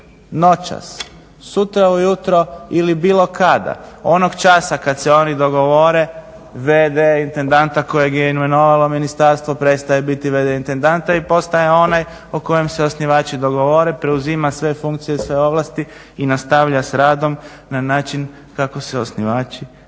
noćas, sutra ujutro ili bilo kada. Onog časa kad se oni dogovore v.d. intendanta kojeg je imenovalo ministarstvo prestaje biti v.d. intendanta i postaje onaj o kojem se osnivači dogovore, preuzima sve funkcije, sve ovlasti i nastavlja s radom na način kako se osnivači to dogovore.